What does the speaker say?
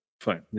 Fine